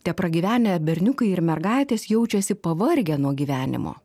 tepragyvenę berniukai ir mergaitės jaučiasi pavargę nuo gyvenimo